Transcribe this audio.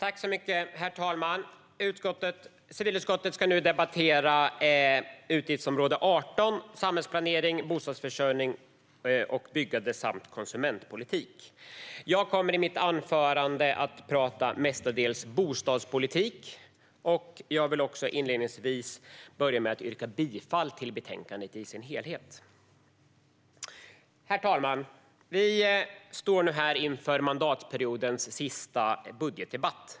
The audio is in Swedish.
Herr talman! Civilutskottet debatterar nu utgiftsområde 18 Samhällsplanering, bostadsförsörjning och byggande samt konsumentpolitik. Jag kommer i mitt anförande att tala mestadels om bostadspolitik, och jag vill inledningsvis yrka bifall till utskottets förslag i dess helhet. Herr talman! Vi står nu här i mandatperiodens sista budgetdebatt.